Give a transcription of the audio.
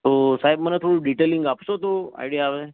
તો સાહેબ મને થોડું ડિટેઈલિંગ આપશો તો આઇડિયા આવે